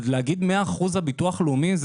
להגיד 100 אחוזים הביטוח הלאומי,